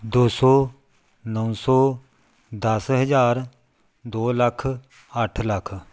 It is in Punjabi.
ਦੋ ਸੌ ਨੌ ਸੌ ਦਸ ਹਜ਼ਾਰ ਦੋ ਲੱਖ ਅੱਠ ਲੱਖ